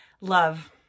love